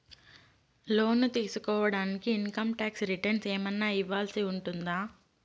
లోను తీసుకోడానికి income tax returns ఏమన్నా ఇవ్వాల్సి ఉంటుందా